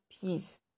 peace